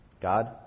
God